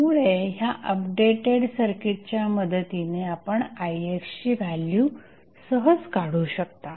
त्यामुळे ह्या अपडेटेड सर्किटच्या मदतीने आपण ix ची व्हॅल्यू सहज काढू शकता